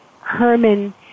Herman